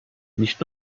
nicht